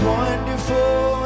Wonderful